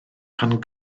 pan